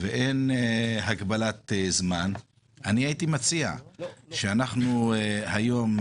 ואין הגבלת זמן - הייתי מציע שאנחנו היום,